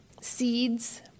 seeds